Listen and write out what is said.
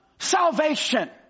Salvation